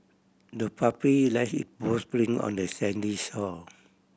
the puppy left it paw print on the sandy shore